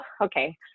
okay